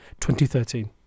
2013